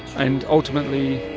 and ultimately,